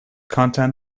content